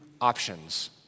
options